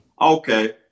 Okay